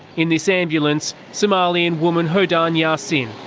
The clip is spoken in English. in this ambulance, somalian woman hodan yasin,